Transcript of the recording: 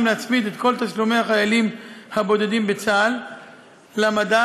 להצמיד את כל תשלומי החיילים הבודדים בצה"ל למדד,